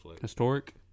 historic